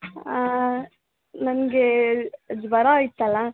ನನಗೆ ಜ್ವರ ಇತ್ತಲ್ಲ